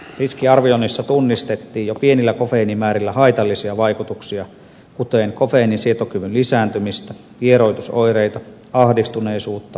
riskiarvioinnissa tunnistettiin jo pienillä kofeiinimäärillä haitallisia vaikutuksia kuten kofeiinin sietokyvyn lisääntymistä vieroitusoireita ahdistuneisuutta ja jännittyneisyyttä